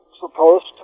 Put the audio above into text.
supposed